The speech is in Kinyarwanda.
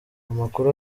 amakuru